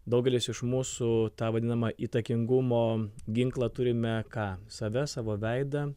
daugelis iš mūsų tą vadinamą įtakingumo ginklą turime ką save savo veidą